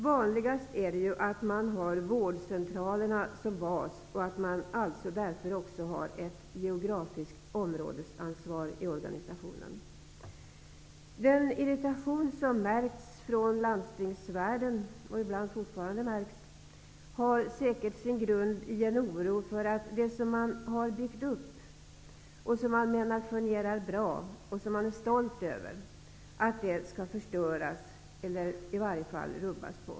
Vanligast är det att man har vårdcentralerna som bas och att man därför har ett geografiskt områdesansvar i organisationen. Den irritation som har märkts från landstingsvärlden, och ibland fortfarande märks, har säkert sin grund i en oro för att det som man har byggt upp och som man menar fungerar bra och är stolt över skall förstöras eller i varje fall rubbas.